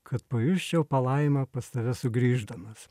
kad pajusčiau palaimą pas tave sugrįždamas